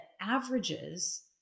averages